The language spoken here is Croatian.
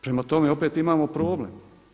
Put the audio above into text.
Prema tome opet imamo problem.